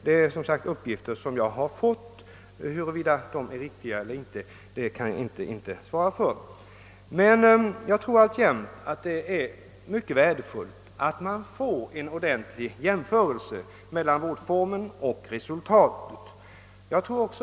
Huruvida dessa upgifter är riktiga eller inte kan jag inte svara på. Men jag tror altjämt att det är mycket värdefullt att en ordentlig jämförelse görs mellan vårdformen och resultatet.